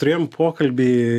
turėjom pokalbį